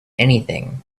anything